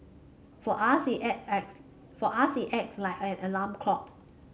for us it for us it acts like an alarm clock